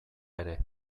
ere